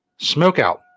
Smokeout